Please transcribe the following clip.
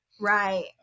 right